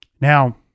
Now